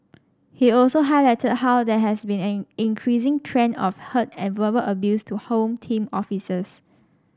he also highlighted how there has been an increasing trend of hurt and verbal abuse to Home Team officers